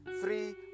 Three